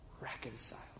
reconcile